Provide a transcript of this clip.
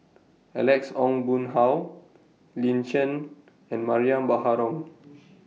Alex Ong Boon Hau Lin Chen and Mariam Baharom